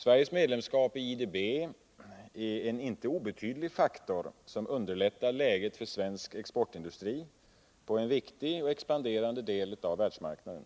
Sveriges medlemskap i IDB är en inte obetydlig faktor, som underlättar läget för svensk exportindustri på en viktig och expanderande del av världsmarknaden.